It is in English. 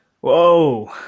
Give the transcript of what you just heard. Whoa